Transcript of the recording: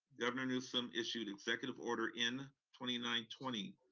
governor newsom issued executive order n twenty nine twenty,